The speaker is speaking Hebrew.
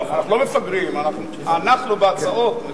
אנחנו לא מפגרים, אנחנו, בהצעות.